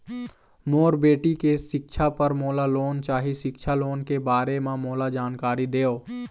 मोर बेटी के सिक्छा पर मोला लोन चाही सिक्छा लोन के बारे म मोला जानकारी देव?